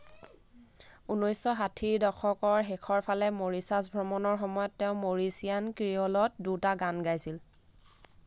ঊনৈছশ ষাঠিৰ দশকৰ শেষৰ ফালে মৰিচাছ ভ্ৰমণৰ সময়ত তেওঁ মৰিচিয়ান ক্ৰিঅ'লত দুটা গান গাইছিল